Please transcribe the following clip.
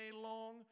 long